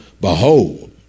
Behold